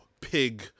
pig